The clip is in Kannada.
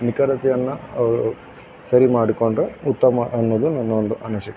ನಿಖರತೆಯನ್ನು ಅವರು ಸರಿ ಮಾಡ್ಕೊಂಡು ಉತ್ತಮ ಅನ್ನೋದು ನನ್ನ ಒಂದು ಅನಿಸಿಕೆ